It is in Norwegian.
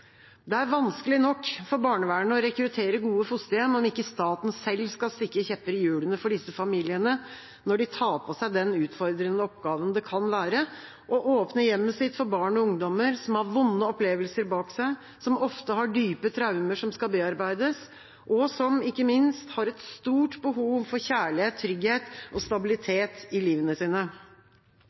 Det er vanskelig nok for barnevernet å rekruttere gode fosterhjem om ikke staten selv skal stikke kjepper i hjulene for disse familiene når de tar på seg den utfordrende oppgaven det kan være å åpne hjemmet sitt for barn og ungdommer som har vonde opplevelser bak seg, som ofte har dype traumer som skal bearbeides, og som, ikke minst, har et stort behov for kjærlighet, trygghet og stabilitet i